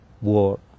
war